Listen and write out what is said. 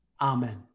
Amen